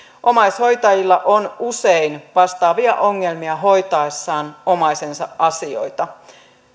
omaishoitajilla on usein vastaavia ongelmia hoitaessaan omaisensa asioita